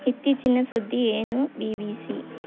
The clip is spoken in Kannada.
ಇತ್ತೀಚಿನ ಸುದ್ದಿ ಏನು ಬಿ ಬಿ ಸಿ